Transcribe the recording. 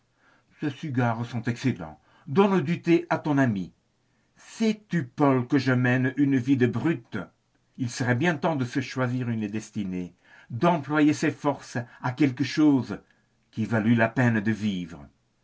cigares sont excellents donne du thé à ton ami sais-tu paul que je mène une vie de brute il serait bien temps de se choisir une destinée d'employer ses forces à quelque chose qui valût la peine de vivre